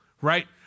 right